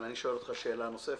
אבל אני שואל אותך שאלה נוספת.